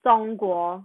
中国